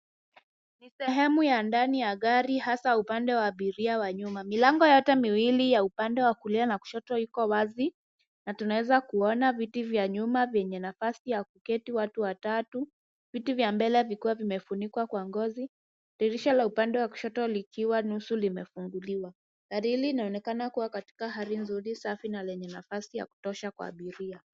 Ni sehemu ya ndani ya gari, hasa upande wa abiria wa nyuma. Milango yote miwili ya upande wa kulia na kushoto iko wazi na tunaweza kuona viti vya nyuma vyenye nafasi ya kuketi watu watatu, viti vya mbele vikiwa vimefunikwa kwa ngozi, dirisha la upande wa kushoto likiwa nusu limefunguliwa. Gari hili linaonekana kuwa katika hali nzuri, safi na lenye nafasi ya kutosha kwa abiria.